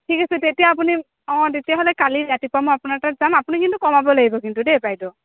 ঠিক আছে তেতিয়া আপুনি অঁ তেতিয়াহ'লে কালি ৰাতিপুৱা মই আপোনাৰ তাত যাম আপুনি কিন্তু কমাব লাগিব কিন্তু দেই বাইদেউ